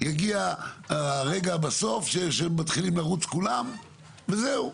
יגיע הרגע שמתחילים לרוץ כולם בסוף וזהו,